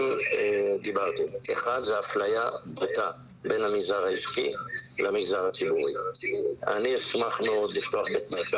שיהיה, בית מרקחת פרטי יכול לתת פתרון.